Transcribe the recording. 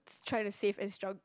trying to save and stug~